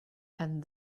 and